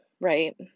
right